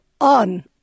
on